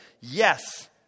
Yes